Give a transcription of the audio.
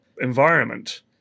environment